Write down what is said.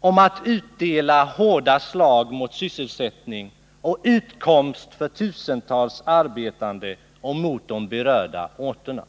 om att utdela hårda slag mot sysselsättning och utkomst för tusentals arbetande och mot de berörda orterna.